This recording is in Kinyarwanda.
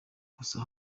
gusa